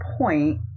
point